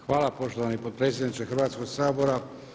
Hvala poštovani potpredsjedniče Hrvatskog sabora.